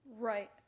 Right